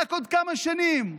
רק עוד כמה שנים.